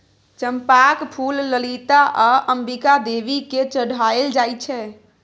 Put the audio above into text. चंपाक फुल ललिता आ अंबिका देवी केँ चढ़ाएल जाइ छै